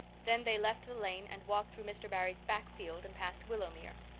then they left the lane and walked through mr. barry's back field and past willowmere.